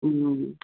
ہوں